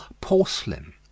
porcelain